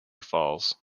falls